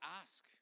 ask